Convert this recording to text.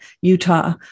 Utah